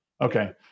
okay